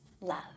love